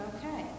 Okay